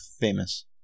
famous